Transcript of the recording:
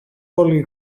όλη